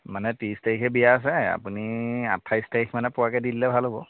মানে ত্ৰিছ তাৰিখে বিয়া আছে এ আপুনি আঠাইছ তাৰিখ মানে পোৱাকৈ দি দিলে ভাল হ'ব